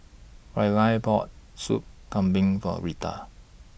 Rylie bought Soup Kambing For Rita